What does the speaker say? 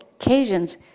occasions